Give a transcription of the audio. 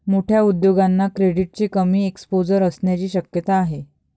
मोठ्या उद्योगांना क्रेडिटचे कमी एक्सपोजर असण्याची शक्यता आहे